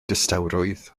distawrwydd